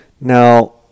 Now